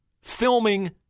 filming